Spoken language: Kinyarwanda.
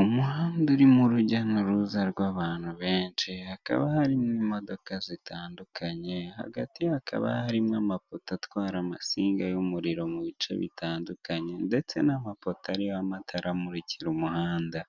Umuhanda urimo urujya n'uruza rw'abantu benshi, hakaba harimo imodoka zitandukanye, hagati hakaba harimo amapoto atwara amasinga y'umuriro mu bice bitandukanye, ndetse n'amapoto ariho amatara amurikira umuhanda.